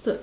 so